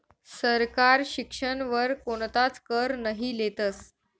सरकार शिक्षण वर कोणताच कर नही लेतस